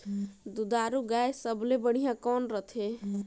दुधारू गाय सबले बढ़िया कौन रथे?